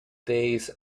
days